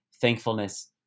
thankfulness